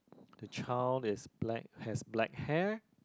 the child is black has black hair